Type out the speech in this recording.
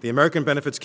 the american benefits